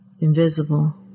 Invisible